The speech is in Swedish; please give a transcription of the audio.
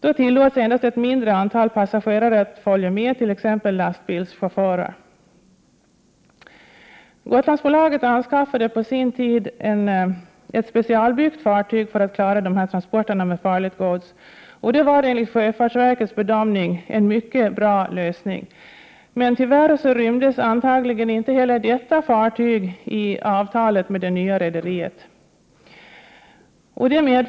Då tillåts endast ett mindre antal passagerare följa med t.ex. lastbilschaufförer. Gotlandsbolaget anskaffade på sin tid ett specialbyggt fartyg för att klara transporter med farligt gods. Enligt sjöfartsverkets bedömning var det en mycket bra lösning. Antagligen kunde, tyvärr, inte heller detta fartyg inrymmas i avtalet med det nya rederiet.